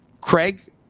Craig